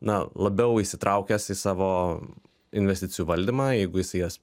na labiau įsitraukęs į savo investicijų valdymą jeigu jisai jas